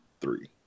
three